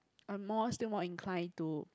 I more still more incline to